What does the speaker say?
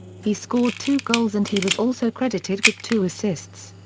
he scored two goals and he was also credited with two assists.